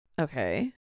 Okay